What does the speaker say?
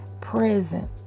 present